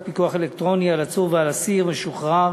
פיקוח אלקטרוני על עצור ועל אסיר משוחרר